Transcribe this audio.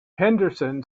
henderson